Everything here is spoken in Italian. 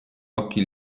occhi